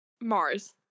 Mars